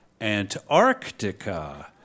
Antarctica